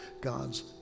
god's